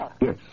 Yes